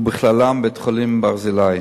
ובכללם בית-החולים "ברזילי".